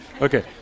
Okay